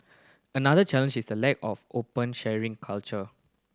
another challenge is the lack of open sharing culture